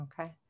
Okay